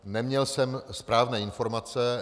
Neměl jsem správné informace.